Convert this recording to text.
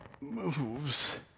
moves